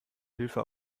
hilfe